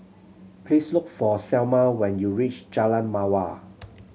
please look for Selmer when you reach Jalan Mawar